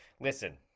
Listen